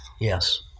Yes